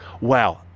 wow